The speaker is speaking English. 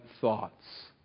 thoughts